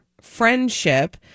friendship